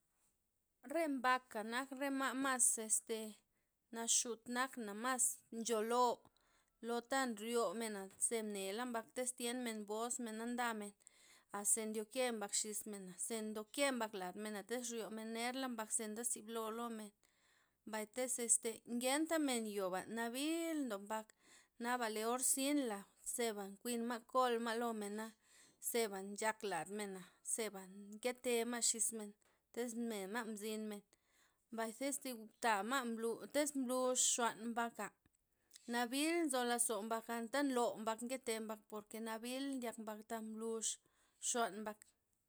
Re mbaka nak re ma'mas este, naxut nakna' mas nchon loo', lota' nryomena zen nela mbak tiz tyenmen bosmen na ndamen, aze ndoke' mbak xismena ze ndoke mbak ladmen na tiz ryomen nerla mbak ze ndezib lolomen, mbay tiz este ngenta' men yoba' nabil ndo mak, naba le or zynla zeba nkuinma' kolma' lomen na, zeba nchak ladmen, zeba nkete ma' xismen, thiz ne ma' nzinmen mbay zist ama' ma tiz mblux xuan mbaka, nabil nzo lozo mbak anta' nloo mbak nkete' mbak pork nabil ndyak mbak ta mblux xuan mbak.